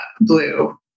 blue